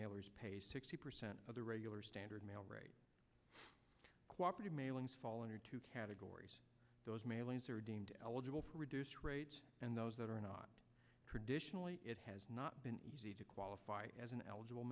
mailers pay sixty percent of the regular standard mail rate co operative mailings fall into two categories those mailings are deemed eligible for a reduced rate and those that are not traditionally it has not been easy to qualify as an eligible